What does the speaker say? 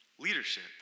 leadership